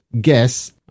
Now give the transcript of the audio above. guess